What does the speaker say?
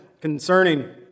concerning